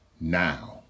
now